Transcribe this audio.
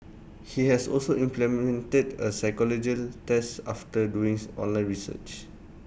he has also implemented A test after doings online research